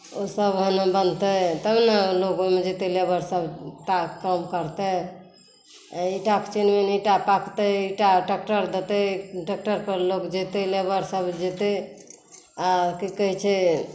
ओसब ओहिमे बनतै तबने लोक ओहिमे जेतै लेबरसब तऽ काम करतै ईटाक चिमनीमे ईटा पाकतै ईटा ट्रैक्टर देतै ट्रैक्टरपर लोक जेतै लेबर सब जेतै आओर की कहै छै